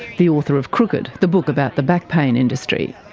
the author of crooked, the book about the back pain industry.